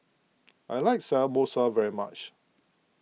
I like Samosa very much